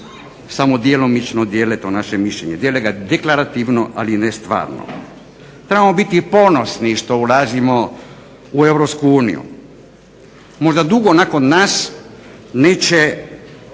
samo djelomično dijele to naše mišljenje. Dijele ga deklarativno, ali ne stvarno. Trebamo biti ponosni što ulazimo u EU. Možda dugo nakon nas neće